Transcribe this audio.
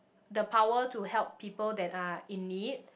the power to help people that are in need